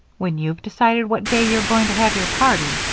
when you've decided what day you're going to have your party,